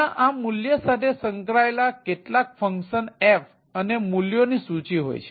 જ્યાં આ મૂલ્ય સાથે સંકળાયેલા કેટલાક ફંકશન f અને મૂલ્યોની સૂચિ હોય છે